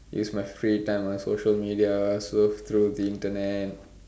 use my free time on social media surf through the Internet